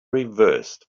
reversed